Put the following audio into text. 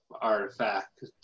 artifact